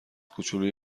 کوچلوی